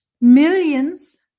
millions